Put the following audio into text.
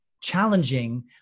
challenging